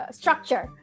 structure